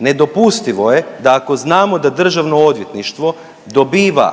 Nedopustivo je da ako znamo da Državno odvjetništvo dobiva